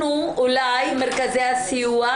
אולי מרכזי הסיוע,